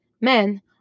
Men